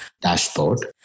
dashboard